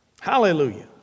Hallelujah